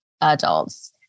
adults